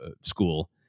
school